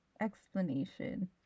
explanation